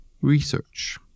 research